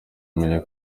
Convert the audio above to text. menye